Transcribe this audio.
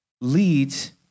leads